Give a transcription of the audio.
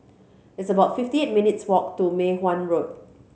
it's about fifty eight minutes' walk to Mei Hwan Road